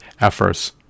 efforts